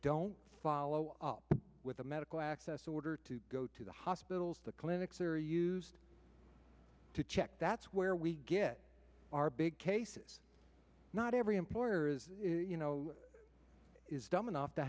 don't follow up with a medical access order to go to the hospitals the clinics are used to check that's where we get our big cases not every employer is you know is dumb enough to